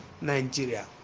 Nigeria